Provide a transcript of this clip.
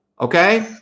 okay